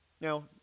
Now